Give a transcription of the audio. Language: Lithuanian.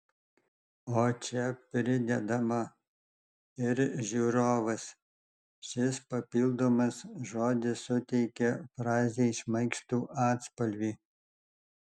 o čia pridedama ir žiūrovas šis papildomas žodis suteikia frazei šmaikštų atspalvį